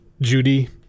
Judy